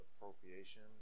appropriation